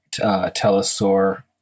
telesaur